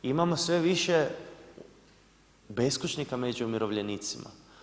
Imamo sve više beskućnika među umirovljenicima.